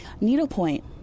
Needlepoint